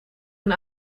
een